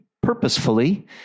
purposefully